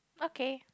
okay